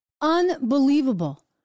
Unbelievable